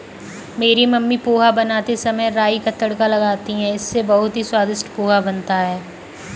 मेरी मम्मी पोहा बनाते समय राई का तड़का लगाती हैं इससे बहुत ही स्वादिष्ट पोहा बनता है